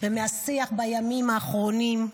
ומהשיח בימים האחרונים,